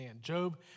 Job